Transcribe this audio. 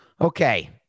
Okay